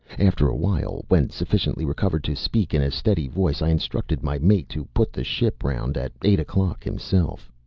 after a while, when sufficiently recovered to speak in a steady voice, i instructed my mate to put the ship round at eight o'clock himself.